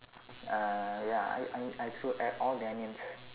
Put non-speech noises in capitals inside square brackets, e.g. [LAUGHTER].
[NOISE] uh ya I I I threw a~ all the onions